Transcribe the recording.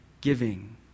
giving